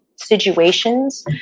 situations